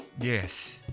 Yes